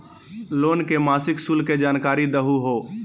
Loan के मासिक शुल्क के जानकारी दहु हो?